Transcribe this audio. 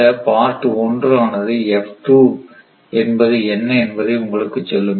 இந்த பார்ட் 1 ஆனது என்பது என்ன என்பதை உங்களுக்கு சொல்லும்